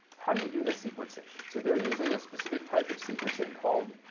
how do you do the sequencing? so they're using a specific type of sequencing called